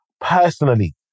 personally